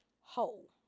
Hole